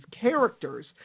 characters